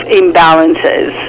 imbalances